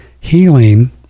healing